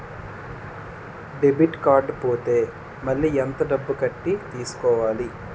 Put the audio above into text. Debit card పోతే మళ్ళీ ఎంత డబ్బు కట్టి తీసుకోవాలి?